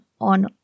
on